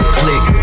click